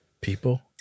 people